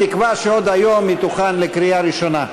בתקווה שעוד היום היא תוכן לקריאה ראשונה.